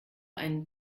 einen